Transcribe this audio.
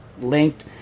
linked